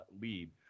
lead